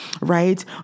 right